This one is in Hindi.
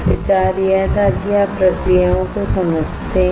विचार यह था कि आप प्रक्रियाओं को समझते हैं